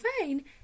fine